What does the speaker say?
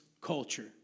culture